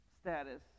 status